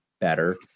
better